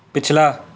ਪਿਛਲਾ